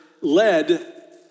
led